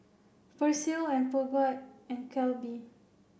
Persil and Peugeot and Calbee